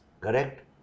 Correct